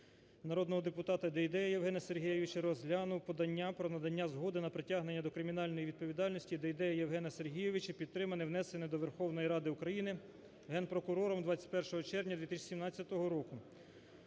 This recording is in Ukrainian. народного депутата Дейдея Євгена Сергійовича розглянув подання про надання згоди на притягнення до кримінальної відповідальності Дейдея Євгена Сергійовича, підтримане, внесене до Верховної Ради України Генпрокурором 21 червня 2017 року.